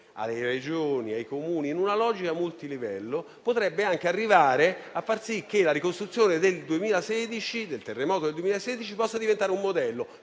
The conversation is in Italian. alle Regioni e ai Comuni, in una logica multilivello, potrebbe arrivare a far sì che la ricostruzione del terremoto del 2016 possa diventare un modello